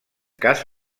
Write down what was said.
cas